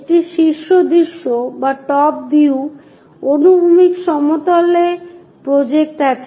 একটি শীর্ষ দৃশ্য অনুভূমিক সমতলে প্রজেক্ট আছে